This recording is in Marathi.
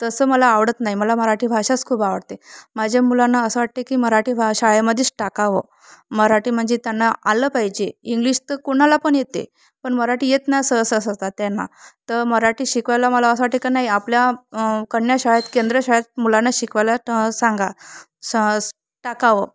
तसं मला आवडत नाही मला मराठी भाषाच खूप आवडते माझ्या मुलांना असं वाटते की मराठी भा शाळेमध्येच टाकावं मराठी म्हणजे त्यांना आलं पाहिजे इंग्लिश तर कोणाला पण येते पण मराठी येत नाही सहसा सहसा त्यांना तर मराठी शिकवायला मला असं वाटते का नाही आपल्या कन्या शाळेत केंद्र शाळेत मुलांना शिकवायला सांगा ट टाकावं